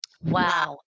Wow